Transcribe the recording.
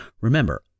remember